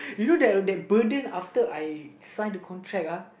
you know the that burden after I sign the contract uh